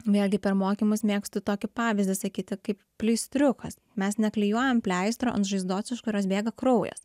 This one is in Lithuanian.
vėlgi per mokymus mėgstu tokį pavyzdį sakyti kaip pleistriukas mes neklijuojam pleistrą ant žaizdos iš kurios bėga kraujas